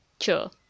Sure